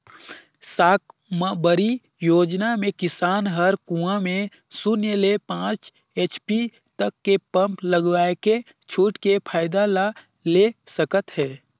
साकम्बरी योजना मे किसान हर कुंवा में सून्य ले पाँच एच.पी तक के पम्प लगवायके छूट के फायदा ला ले सकत है